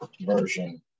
version